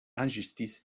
injustices